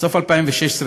בסוף 2016,